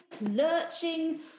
lurching